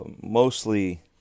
mostly